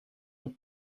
long